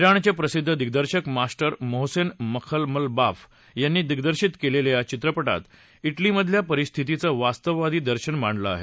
चिणचे प्रसिद्ध दिग्दर्शक master Mohsen Makhmalbaf यांनी दिग्दर्शित केलेल्या या चित्रपटात डेलीमधल्या परिस्थितीचं वास्तववादी दर्शन मांडलं आहे